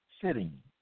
sitting